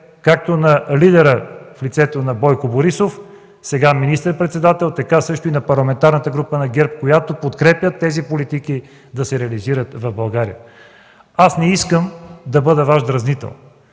както на лидера, в лицето на Бойко Борисов – сега министър-председател, така също и на Парламентарната група на ГЕРБ, която подкрепя тези политики да се реализират в България. Аз не искам да бъда Ваш дразнител,